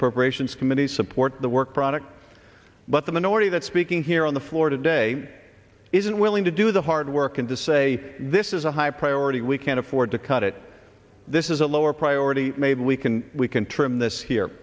appropriations committee support the work product but the minority that's speaking here on the floor today isn't willing to do the hard work and to say this is a high priority we can't afford to cut it this is a lower priority maybe we can we can trim this